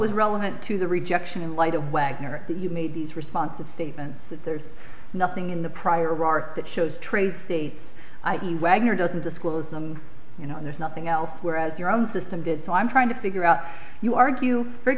was relevant to the rejection in light of wagner that you made these responses statements that there's nothing in the prior art that shows trace states ip wagner doesn't disclose them you know there's nothing elsewhere as your own system did so i'm trying to figure out you argue very